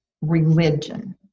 religion